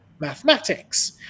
Mathematics